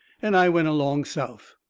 and i went along south.